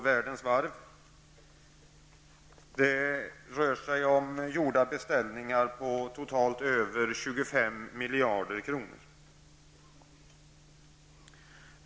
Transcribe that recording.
Här rör det sig om beställningar på totalt över 25 miljarder kronor.